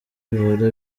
bihora